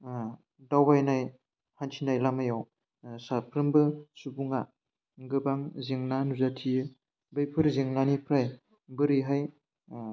दावबायनाय हान्थिनाय लामायाव साफ्रोमबो सुबुङा गोबां जेंना नुजाथियो बैफोर जेंनानिफ्राय बोरैहाय